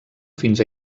fins